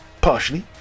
partially